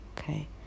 Okay